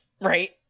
right